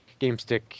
GameStick